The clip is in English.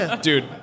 Dude